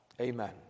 Amen